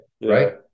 right